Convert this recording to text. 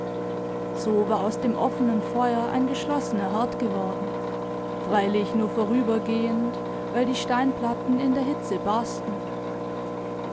so war aus dem offenen feuer ein geschlossener herd geworden freilich nur vorübergehend weil die steinplatten in der hitze barsten